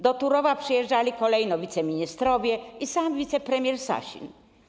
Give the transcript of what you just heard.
Do Turowa przyjeżdżali kolejno wiceministrowie i sam wicepremier Sasin.